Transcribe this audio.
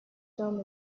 term